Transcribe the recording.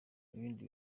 ibindi